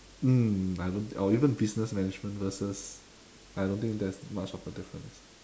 mm I don't or even business management versus I don't think there's much of a difference